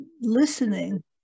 listening